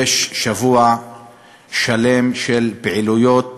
יש שבוע שלם של פעילויות